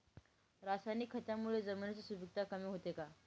रासायनिक खतांमुळे जमिनीची सुपिकता कमी होते का?